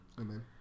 Amen